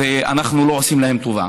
ואנחנו לא עושים להם טובה.